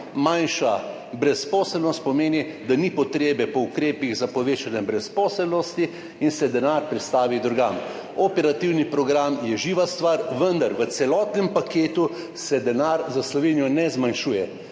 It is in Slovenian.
Manjša brezposelnost pomeni, da ni potrebe po ukrepih za povečanje brezposelnosti in se denar prestavi drugam. Operativni program je živa stvar, vendar v celotnem paketu se denar za Slovenijo ne zmanjšuje.